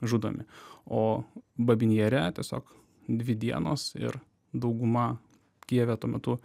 žudomi o babyn jare tiesiog dvi dienos ir dauguma kijeve tuo metu